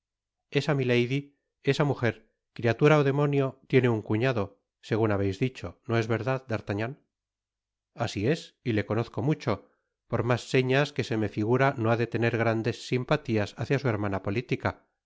esa milady esa mujer criatura ó demonio tiene un cuñado segun habeis dicho no es verdad d'artagnan asi es y le conozco mucho por mas señas que se me figura no ha de tener grandes simpatias hácia su hermana politica